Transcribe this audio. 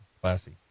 Classy